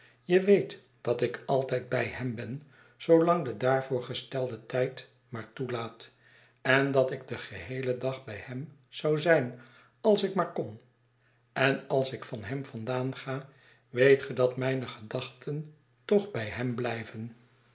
je weet dat ik altijd bij hem ben zoo lang de daarvoor gestelde tijd maar toelaat en dat ik den geheelen dag bij hem zou zijn als ik maar kon en als ik van hem vandaan ga weet ge dat mijne gedachten toch bij hem blijven